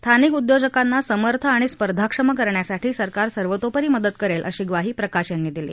स्थानिक उद्योजकांना समर्थ आणि स्पर्धाक्षम करण्यासाठी सरकार सर्वतोपरी मदत करेल अशी म्वाही प्रकाश यांनी दिली